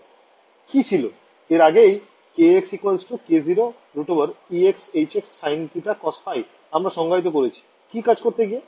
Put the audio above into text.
কি ছিল এর আগেই kx k0√exhx sin θ cos ϕ আমরা সংজ্ঞায়িত করেছি কি কাজ করতে গিয়ে